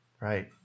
right